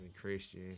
Christian